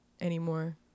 anymore